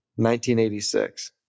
1986